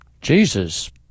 Jesus